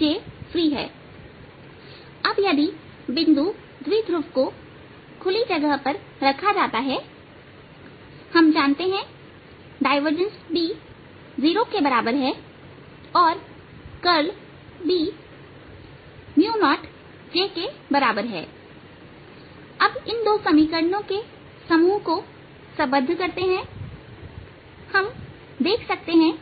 Jfreeअब यदि बिंदु द्विध्रुव को खुली जगह पर रखा जाता है हम जानते हैं कि डायवर्जेंस B 0 के बराबर है और करल B 0Jके बराबर है अब इन दो समीकरणों के समूह को संबंध करते हैं हम देख सकते हैं